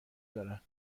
دارن